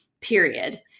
period